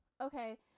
okay